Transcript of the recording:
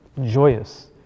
joyous